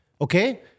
okay